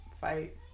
fight